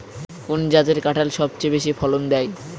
কোন জাতের কাঁঠাল সবচেয়ে বেশি ফলন দেয়?